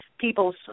people's